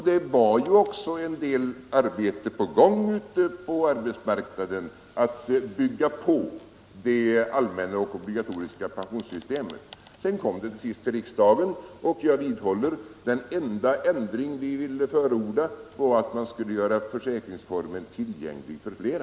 Det var också en del arbete på gång ute på arbetsmarknaden för att bygga på det allmänna och obligatoriska pensionssystemet. Jag vidhålier att den enda ändring vi ville förorda när frågan till sist kom till riksdagen var, att försäkringsformen skulle göras tillgänglig för flera.